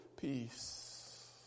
peace